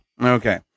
okay